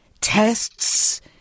tests